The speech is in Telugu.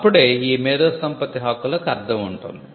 అప్పుడే ఈ మేధో సంపత్తి హక్కులకు అర్ధం ఉంటుంది